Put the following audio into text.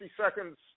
seconds